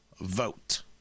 vote